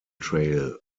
trail